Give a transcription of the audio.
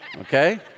Okay